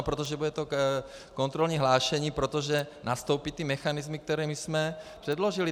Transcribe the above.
Protože bude to kontrolní hlášení, protože nastoupí ty mechanismy, které my jsme předložili.